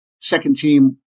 second-team